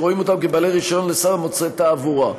רואים אותם כבעלי רישיון לסחר במוצרי תעבורה.